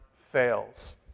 fails